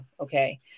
okay